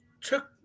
took